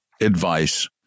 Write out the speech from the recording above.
advice